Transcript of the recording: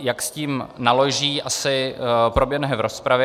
Jak s tím naloží, asi proběhne v rozpravě.